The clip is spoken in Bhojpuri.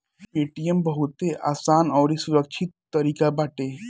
पेटीएम बहुते आसान अउरी सुरक्षित तरीका बाटे